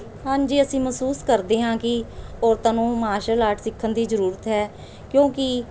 ਹਾਂਜੀ ਅਸੀਂ ਮਹਿਸੂਸ ਕਰਦੇ ਹਾਂ ਕਿ ਔਰਤਾਂ ਨੂੰ ਮਾਰਸ਼ਲ ਆਰਟ ਸਿੱਖਣ ਦੀ ਜ਼ਰੂਰਤ ਹੈ ਕਿਉਂਕਿ